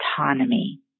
autonomy